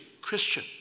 Christian